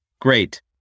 Great